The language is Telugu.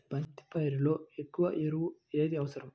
బంతి పైరులో ఎక్కువ ఎరువు ఏది అవసరం?